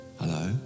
hello